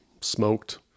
Smoked